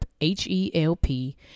H-E-L-P